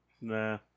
Nah